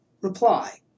Reply